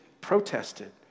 protested